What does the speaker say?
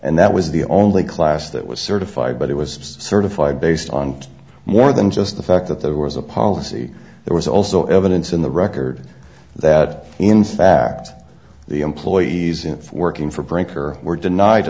and that was the only class that was certified but it was certified based on more than just the fact that there was a policy there was also evidence in the record that in sacked the employees if working for brinker were denied